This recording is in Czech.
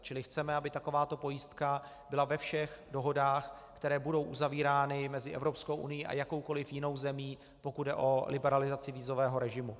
Čili chceme, aby takováto pojistka byla ve všech dohodách, které budou uzavírány mezi Evropskou unií a jakoukoliv jinou zemí, pokud jde o liberalizaci vízového režimu.